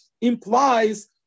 implies